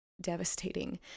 devastating